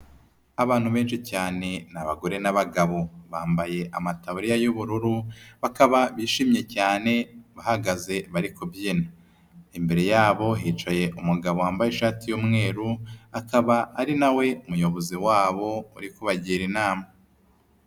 Abantu benshi cyane ni abagore n'abagabo, bambaye amataburiya y'ubururu, bakaba bishimye cyane, bahagaze bari kubyina, imbere yabo hicaye umugabo wambaye ishati y'umweru, akaba ari na we muyobozi wabo uri kubagira inama.